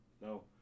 No